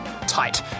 Tight